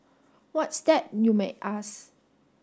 what's that you may ask